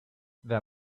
there